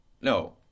No